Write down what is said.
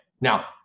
Now